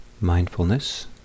mindfulness